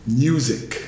music